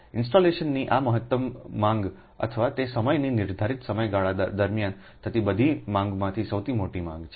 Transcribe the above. ઇન્સ્ટોલેશનની આ મહત્તમ માંગ અથવા તે સમયની નિર્ધારિત સમયગાળા દરમિયાન થતી બધી માંગોમાંની સૌથી મોટી માંગ છે